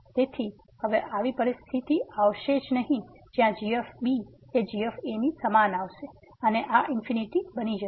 તેથી હવે આવી પરિસ્થિતિ આવશે નહી જ્યાં g b એ g a ની સમાન આવશે અને આ ઇન્ફિનિટિ બની જશે